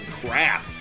crap